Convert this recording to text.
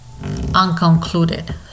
unconcluded